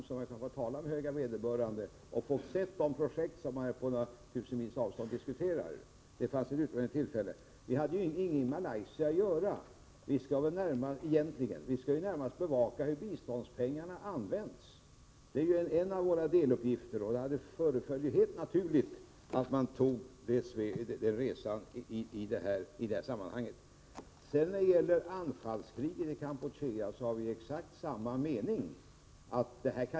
Då hade ni kunnat tala med de höga vederbörande där och fått se de projekt som vi på något tusental mil därifrån nu diskuterar. Det fanns ett utmärkt tillfälle till det. Utskottet hade egentligen ingenting i Malaysia att göra. Vi skall ju närmast bevaka hur biståndspengarna använts. Det föreföll därför mig helt naturligt att man gjorde resan till Vietnam i det här sammanhanget. Vad sedan beträffar anfallskriget i Kampuchea har vi exakt samma mening.